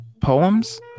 poems